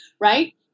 right